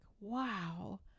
wow